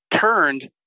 turned